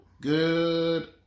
Good